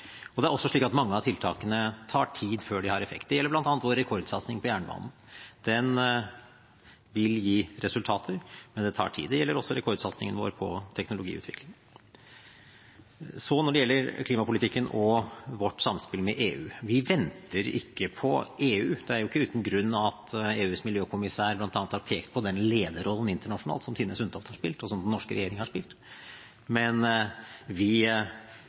Det er også slik at det tar tid før mange av tiltakene har effekt. Dette gjelder bl.a. vår rekordsatsing på jernbane. Den vil gi resultater, men det tar tid. Det gjelder også rekordsatsingen vår på teknologiutvikling. Når det gjelder klimapolitikken og vårt samspill med EU: Vi venter ikke på EU. Det er ikke uten grunn at EUs energi- og klimakommissær bl.a. har pekt på den lederrollen som Tine Sundtoft og den norske regjering har spilt internasjonalt. Men vi